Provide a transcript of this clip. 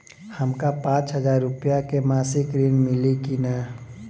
हमका पांच हज़ार रूपया के मासिक ऋण मिली का?